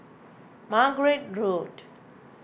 Margate Road